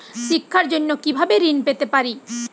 শিক্ষার জন্য কি ভাবে ঋণ পেতে পারি?